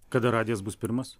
kada radijas bus pirmas